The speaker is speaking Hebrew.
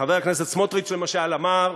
חבר הכנסת סמוטריץ, למשל, אמר: